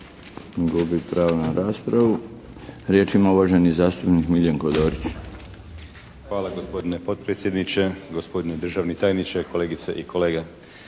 Gubi pravo na raspravu. Riječ ima uvaženi zastupnik Miljenko Dorić. **Dorić, Miljenko (HNS)** Hvala gospodine potpredsjedniče, gospodine državni tajniče, kolegice i kolege.